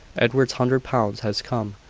edward's hundred pounds has come,